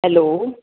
hello